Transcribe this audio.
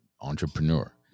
entrepreneur